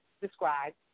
described